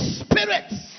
spirits